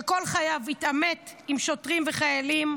שכל חייו התעמת עם שוטרים וחיילים,